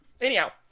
Anyhow